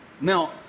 Now